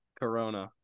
Corona